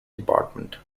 department